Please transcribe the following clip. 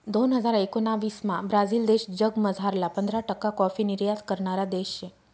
दोन हजार एकोणाविसमा ब्राझील देश जगमझारला पंधरा टक्का काॅफी निर्यात करणारा देश शे